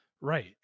Right